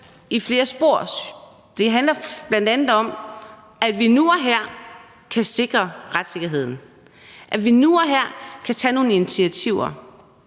i flere spor. Det handler bl.a. om, at vi nu og her kan sikre retssikkerheden, at vi nu og her kan tage nogle initiativer.